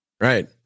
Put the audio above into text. Right